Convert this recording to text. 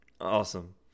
Awesome